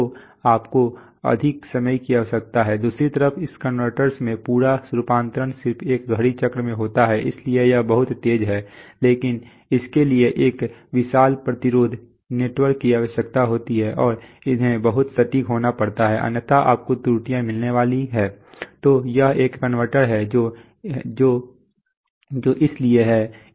तो आपको अधिक समय की आवश्यकता है दूसरी तरफ इस कन्वर्टर में पूरा रूपांतरण सिर्फ एक घड़ी चक्र में होता है इसलिए यह बहुत तेज है लेकिन इसके लिए एक विशाल प्रतिरोध नेटवर्क की आवश्यकता होती है और उन्हें बहुत सटीक होना पड़ता है अन्यथा आपको त्रुटियाँ मिलने वाली हैं तो यह एक कनवर्टर है जो इसलिए है